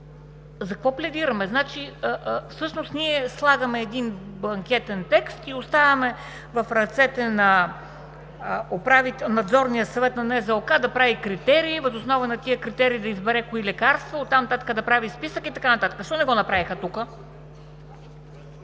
За какво пледираме?! Всъщност, ние слагаме един бланкетен текст и оставяме в ръцете на Надзорния съвет на НЗОК да прави критерии, въз основа на тези критерии да избере кои лекарства и оттам нататък да прави списък. Защо не го направиха тук?!